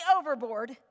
overboard